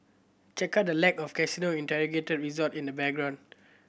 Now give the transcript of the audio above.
check out the lack of casino integrated resort in the background